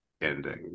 ending